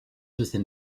within